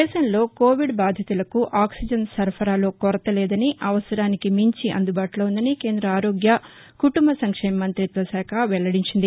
దేశంలో కోవిడ్ బాధితులకు ఆక్సిజన్ సరఫరాలో కొరత లేదని అవసరానికి మించి అందుబాటులో ఉందని కేంద్ర ఆరోగ్య కుటుంబ సంక్షేమ మంతిత్వ శాఖ శాఖ వెల్లడించింది